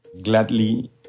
gladly